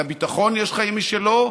לביטחון יש חיים משלו,